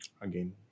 again